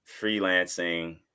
freelancing